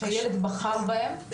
שהילד בחר בהם,